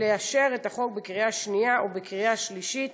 ולאשר את הצעת החוק בקריאה שנייה ובקריאה שלישית